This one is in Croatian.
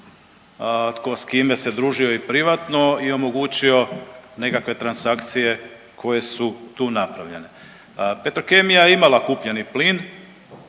s kime se družio i privatno i omogućio nekakve transakcije koje su tu napravljene. Petrokemija je imala kupljeni plin,